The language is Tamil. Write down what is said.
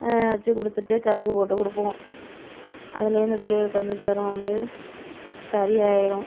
வச்சு கொடுத்துட்டு கருக்கு போட்டு கொடுப்போம் அதுலேருந்து பிள்ளைகளுக்கு வந்து ஜுரம் வந்து சரியாகிடும்